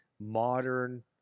Modern